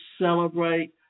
celebrate